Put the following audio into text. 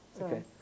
Okay